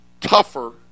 tougher